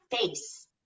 face